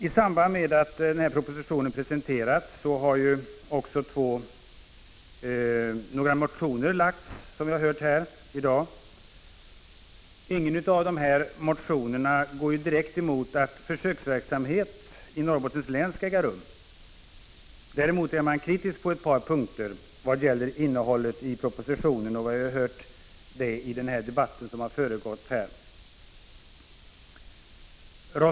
I samband med att denna proposition presenterades väcktes, som vi har hört här i dag, några motioner. Inte i någon av dessa motioner går man direkt emot att en försöksverksamhet i Norrbottens län skall äga rum. Däremot är man kritisk på ett par punkter vad gäller innehållet i propositionen. Det har också framkommit i den debatt som har föregått mitt anförande.